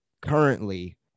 currently